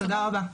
תודה רבה.